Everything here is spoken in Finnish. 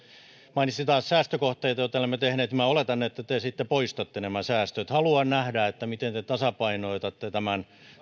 mainitsi taas säästökohteita joita olemme tehneet niin minä oletan että te sitten poistatte nämä säästöt haluan nähdä miten te tasapainotatte tämän